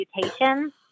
mutations